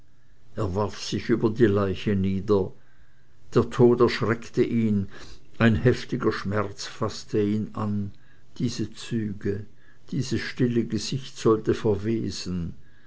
er warf sich über die leiche nieder der tod erschreckte ihn ein heftiger schmerz faßte ihn an diese züge dieses stille gesicht sollte verwesen